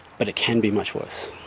but it can be much worse.